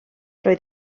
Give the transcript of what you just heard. roedd